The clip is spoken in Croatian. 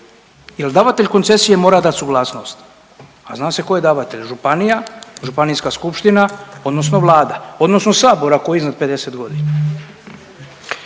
jel davatelj koncesije mora dat suglasnost, a zna se ko je davatelj, županija, županijska skupština odnosno Vlada odnosno sabor ako je iznad 50.g.,